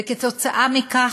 וכתוצאה מכך,